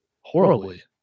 Horribly